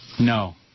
No